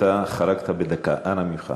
חרגת בדקה, אנא ממך.